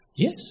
Yes